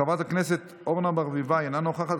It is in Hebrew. חברת הכנסת אורנה ברביבאי, אינה נוכחת.